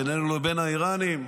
בינינו לבין האיראנים.